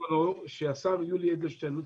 שהשר יולי אדלשטיין הוציא,